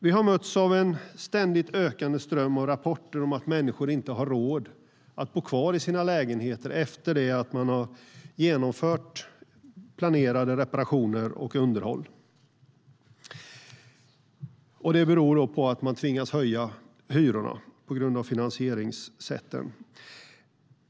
Vi har mötts av en ständigt ökande ström av rapporter om att människor inte har råd att bo kvar i sina lägenheter efter att reparationer och underhåll har genomförts. Det beror på att man tvingas höja hyrorna på grund av finansieringssätten.